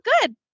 good